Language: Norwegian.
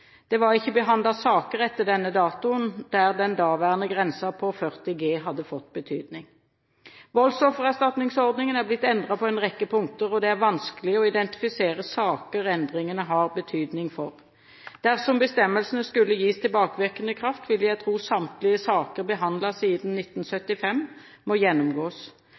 Det var ikke behandlet saker etter denne datoen, der den daværende grensen på 40 G hadde fått betydning. Voldsoffererstatningsordningen er blitt endret på en rekke punkter, og det er vanskelig å identifisere saker som endringene har betydning for. Dersom bestemmelsene skulle gis tilbakevirkende kraft, ville jeg tro at samtlige saker behandlet siden 1975 må gjennomgås.